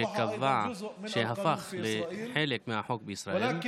שהפך לחלק מהחוק בישראל,